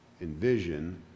envision